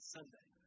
Sunday